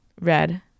red